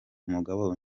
umugabo